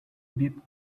did